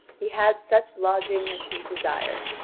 he had such lodging as he desired,